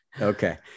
Okay